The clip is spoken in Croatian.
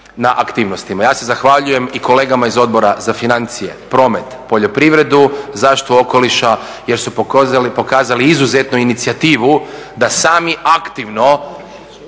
na aktivnostima. Ja se zahvaljujem i kolega iz Odbora za financije, promet, poljoprivredu, zaštitu okoliša jer su pokazali izuzetnu inicijativu da sami aktivno